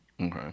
Okay